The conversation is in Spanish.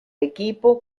equipo